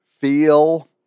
feel